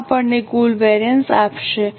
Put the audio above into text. આ આપણને કુલ વેરિએન્સ આપશે